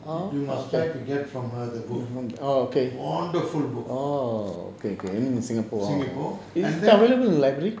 you must try to get from her the book wonderful book singapore and then